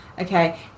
okay